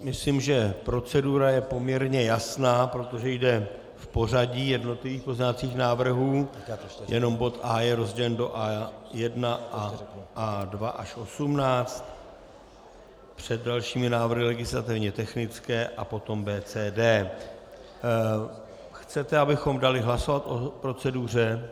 Myslím, že procedura je poměrně jasná, protože jde v pořadí jednotlivých pozměňovacích návrhů, jen bod A je rozdělen do A1 a A2 až A18, před dalšími návrhy legislativně technické a potom B, C, D. Chcete, abychom dali hlasovat o proceduře?